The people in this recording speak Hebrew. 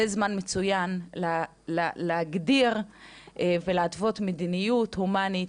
זה זמן מצוין להגדיר ולהתוות מדיניות הומאנית,